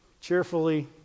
cheerfully